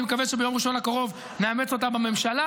אני מקווה שביום ראשון הקרוב נאמץ אותה בממשלה.